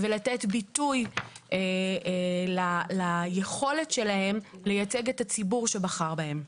ולתת ביטוי ליכולת שלהם לייצג את הציבור שבחר בהם.